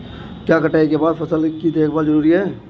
क्या कटाई के बाद फसल की देखभाल जरूरी है?